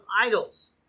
idols